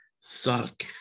suck